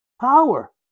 Power